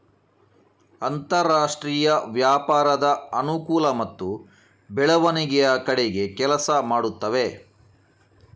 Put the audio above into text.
ಅಂತರಾಷ್ಟ್ರೀಯ ವ್ಯಾಪಾರದ ಅನುಕೂಲ ಮತ್ತು ಬೆಳವಣಿಗೆಯ ಕಡೆಗೆ ಕೆಲಸ ಮಾಡುತ್ತವೆ